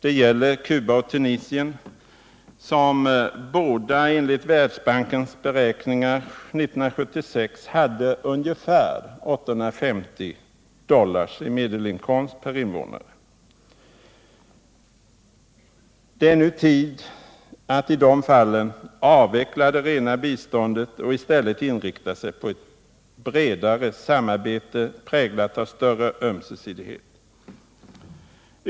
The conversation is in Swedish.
Detta gäller Cuba och Tunisien, som enligt Världsbankens beräkningar båda år 1976 hade ungefär 850 dollar i medelinkomst per invånare. Det är nu tid att i de fallen avveckla det rena biståndet och i stället inrikta sig på att utveckla ett bredare samarbete, präglat av större ömsesidighet.